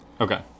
Okay